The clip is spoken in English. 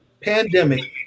pandemic